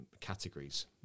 categories